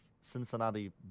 Cincinnati